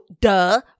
duh